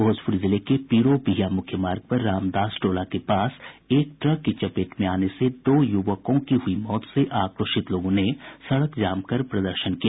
भोजप्रर जिले के पीरो बिहिया मुख्य मार्ग पर रामदास टोला के पास एक ट्रक की चपेट में आने से दो युवकों की मौत से आक्रोशित लोगों ने सड़क जाम कर प्रदर्शन किया